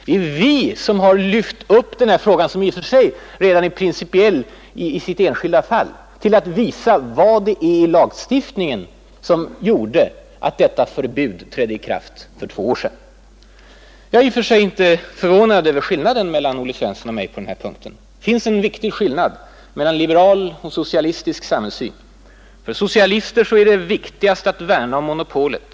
Det är vi som har lyft upp den här frågan, som redån i och för sig är principiell i det påtalade enskilda fallet, till att gälla den lagstiftning som gjorde att detta förbud trädde i kraft för två år sedan. Jag är i och för sig inte förvånad över skillnaden mellan mig och Olle Svensson på den här punkten. Det finns en viktig skillnad mellan liberal och socialistisk samhällssyn. För socialister är det viktigast att värna om monopolet.